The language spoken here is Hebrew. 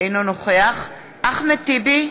אינו נוכח אחמד טיבי,